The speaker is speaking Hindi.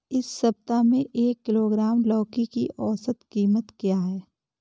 इस सप्ताह में एक किलोग्राम लौकी की औसत कीमत क्या है?